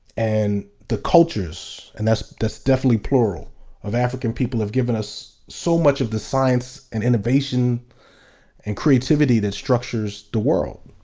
and the cultures and that's that's definitely p lural of african people have given us so much of the science and innovation and creativity that structures the world.